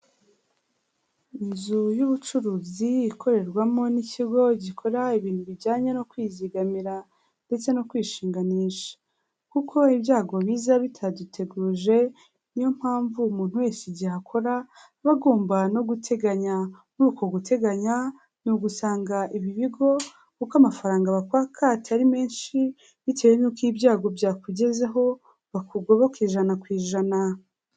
Inzu y'ubucuruzi ikorerwamo n'ikigo gikora ibintu bijyanye no kwizigamira ndetse no kwishinganisha, kuko ibyago biza bitaduteguje, niyo mpamvu umuntu wese igihe akora aba agomba no guteganya, muri uku guteganya ni ugusanga ibi bigo, kuko amafaranga bakwaka atari menshi, bitewe n'uko ibyago byakugezeho bakugoboka ijana ku ijana.